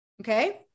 Okay